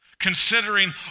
considering